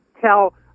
tell